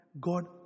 God